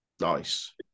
Nice